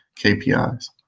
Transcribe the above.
KPIs